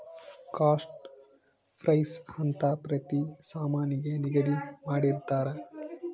cost price ಅಂತ ಪ್ರತಿ ಸಾಮಾನಿಗೆ ನಿಗದಿ ಮಾಡಿರ್ತರ